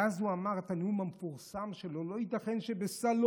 ואז הוא אמר את הנאום המפורסם שלו: לא ייתכן שבסלוניקי,